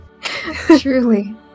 Truly